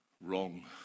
Wrong